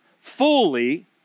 fully